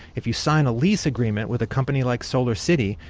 if you sign a lease agreement with a company like solar city,